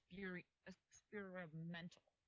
experimental